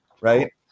right